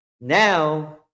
Now